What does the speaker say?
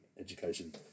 education